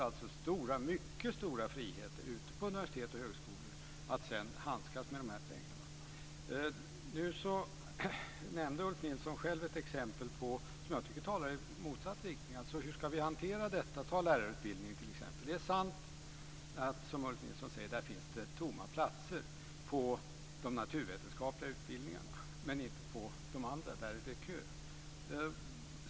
Det finns mycket stora friheter ute på universitet och högskolor att sedan handskas med dessa pengar. Nu nämnde Ulf Nilsson själv ett exempel som jag tycker talar i motsatt riktning. Hur ska vi hantera detta? Ta lärarutbildningen som exempel. Det är sant att det, som Ulf Nilsson säger, finns tomma platser på de naturvetenskapliga utbildningarna, men inte på de andra. Där är det kö.